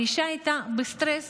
והאישה הייתה בסטרס